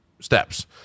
steps